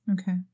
Okay